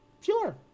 sure